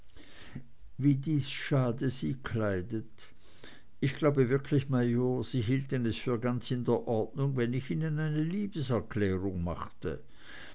wie dies schade sie kleidet ich glaube wirklich major sie hielten es für ganz in ordnung wenn ich ihnen eine liebeserklärung machte